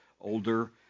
older